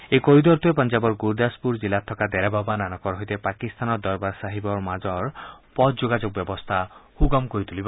এই কৰিডৰটোৱে পঞ্জাৱৰ গুৰদাসপুৰ জিলাত থকা ডেৰা বাবা নানকৰ সৈতে পাকিস্তানৰ দৰবাৰ চাহিবৰ মাজত পথ যোগাযোগ ব্যৱস্থা সুগম কৰি তুলিব